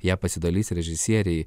ją pasidalys režisieriai